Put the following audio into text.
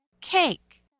Cake